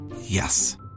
Yes